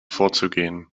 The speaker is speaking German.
vorzugehen